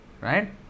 Right